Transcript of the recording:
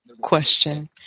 question